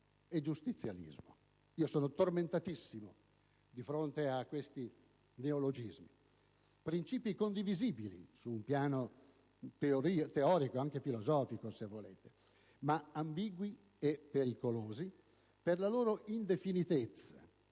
Io sono tormentatissimo di fronte a questi neologismi, princìpi condivisibili sul piano teorico e anche filosofico, se volete, ma ambigui e pericolosi per la loro indefinitezza,